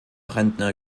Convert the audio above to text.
rentner